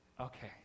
Okay